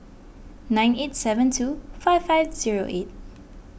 nine eight seven two five five zero eight